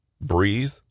breathe